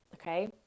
okay